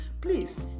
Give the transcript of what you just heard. please